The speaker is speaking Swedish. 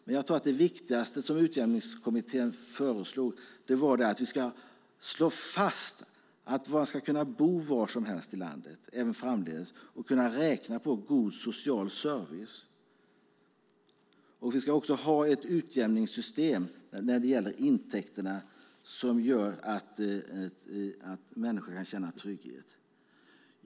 Men jag tror att det viktigaste som Utjämningskommittén föreslog var att vi ska slå fast att man ska kunna bo var som helst i landet även framdeles och kunna räkna med god social service. Vi ska också ha ett utjämningssystem när det gäller intäkter som gör att människor kan känna trygghet.